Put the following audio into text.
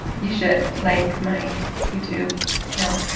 you should, like my youtube channel.